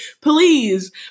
Please